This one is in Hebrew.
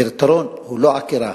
הפתרון הוא לא עקירה,